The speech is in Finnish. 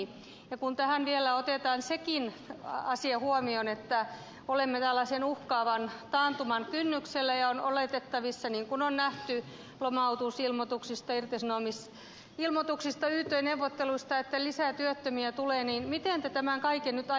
ja kun vielä otetaan sekin asia huomioon että olemme tällaisen uhkaavan taantuman kynnyksellä ja on oletettavissa niin kuin on nähty lomautusilmoituksista irtisanomisilmoituksista yt neuvotteluista että lisää työttömiä tulee niin miten te tämän kaiken nyt aiotte hoitaa